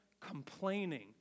complaining